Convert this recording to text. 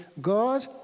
God